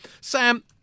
Sam